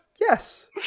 yes